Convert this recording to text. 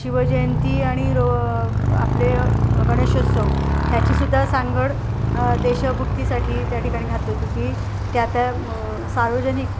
शिवजयंती आणि रो आपले गणेशोत्सव ह्याची सुद्धा सांगड देशभक्तीसाठी त्या ठिकाणी घातली होती की त्या त्या सार्वजनिक